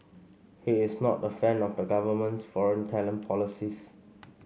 he is not a fan of the government's foreign talent policies